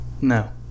no